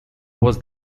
was